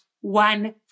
one